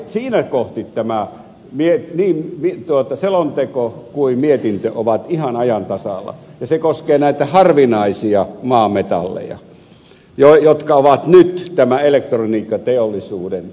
siinä kohti tämä selonteko ja mietintö ovat ihan ajan tasalla ja se koskee näitä harvinaisia maametalleja jotka ovat nyt tämän elektroniikkateollisuuden ydin